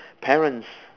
parents